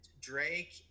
Drake